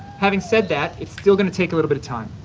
having said that, it's still going to take a little bit of time.